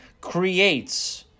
creates